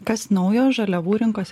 kas naujo žaliavų rinkos